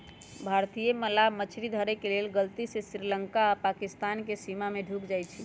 भारतीय मलाह मछरी धरे के लेल गलती से श्रीलंका आऽ पाकिस्तानके सीमा में ढुक जाइ छइ